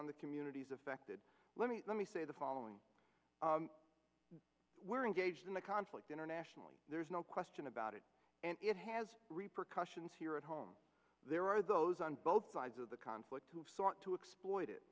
on the communities affected let me let me say the following we're engaged in the conflict internationally there's no question about it and it has repercussions here at home there are those on both sides of the conflict who